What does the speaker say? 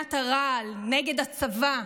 מכונת הרעל נגד הצבא,